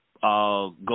go